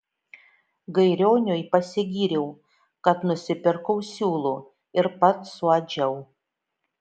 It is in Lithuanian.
gairioniui pasigyriau kad nusipirkau siūlų ir pats suadžiau